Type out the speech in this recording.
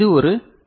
இது ஒரு டி